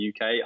UK